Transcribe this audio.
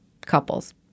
couples